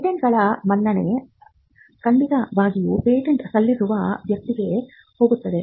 ಪೇಟೆಂಟ್ಗಳ ಮನ್ನಣೆ ಖಂಡಿತವಾಗಿಯೂ ಪೇಟೆಂಟ್ ಸಲ್ಲಿಸುವ ವ್ಯಕ್ತಿಗೆ ಹೋಗುತ್ತದೆ